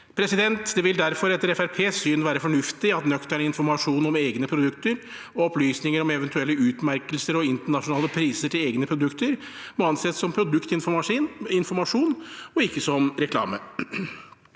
produsenter. Det vil derfor etter Fremskrittspartiets syn være fornuftig at nøktern informasjon om egne produkter og opplysninger om eventuelle utmerkelser og internasjonale priser til egne produkter anses som produktinformasjon, ikke som reklame.